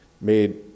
made